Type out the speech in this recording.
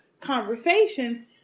conversation